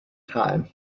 time